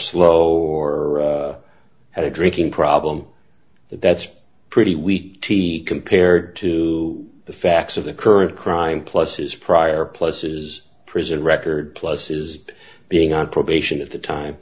slow or had a drinking problem that's pretty weak compared to the facts of the current crime plus his prior pluses prison record plus is being on probation at the time